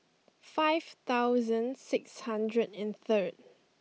five thousand six hundred and third